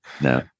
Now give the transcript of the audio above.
No